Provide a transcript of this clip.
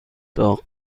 داغ